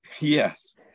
Yes